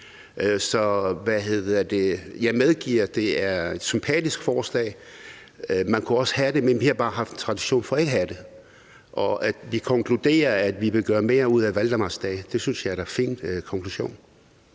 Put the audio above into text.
Jeg medgiver, at det er et sympatisk forslag. Man kunne også have det, men vi har bare haft en tradition for ikke at have det. Vi konkluderer, at vi vil gøre mere ud af valdemarsdag. Det synes jeg da er en fin konklusion.